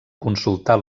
consultar